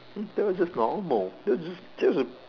that was just normal that was just that was a